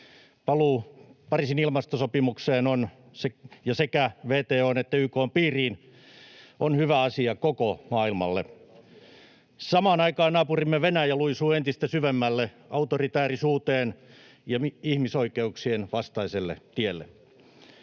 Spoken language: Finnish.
Paluu Pariisin ilmastosopimukseen ja sekä WTO:n että YK:n piiriin on hyvä asia koko maailmalle. Samaan aikaan naapurimme Venäjä luisuu entistä syvemmälle autoritaarisuuteen ja ihmisoikeuksien vastaiselle tielle.